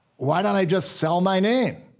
why don't i just sell my name?